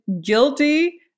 guilty